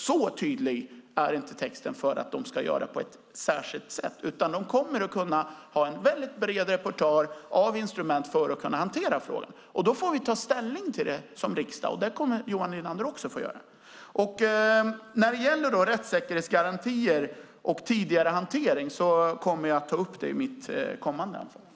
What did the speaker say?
Så tydlig är inte texten att de ska göra på ett särskilt sätt, utan de kommer att kunna ha en väldigt bred repertoar av instrument för att kunna hantera frågan. Då får vi ta ställning till det som riksdag, och det kommer också Johan Linander att få göra. Frågan om rättssäkerhetsgarantier och tidigare hantering kommer jag att ta upp i nästa replik.